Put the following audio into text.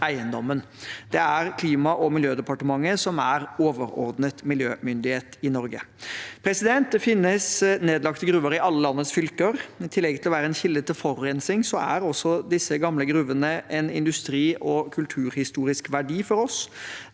eiendommen. Det er Klima- og miljødepartementet som er overordnet miljømyndighet i Norge. Det finnes nedlagte gruver i alle landets fylker. I tillegg til å være en kilde til forurensning er også disse gamle gruvene en industri- og kulturhistorisk verdi for oss.